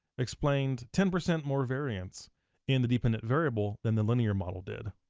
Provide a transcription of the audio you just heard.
explained ten percent more variance in the dependent variable than the linear model did.